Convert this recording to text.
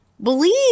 believe